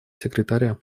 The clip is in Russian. секретаря